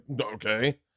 okay